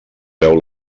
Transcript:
veu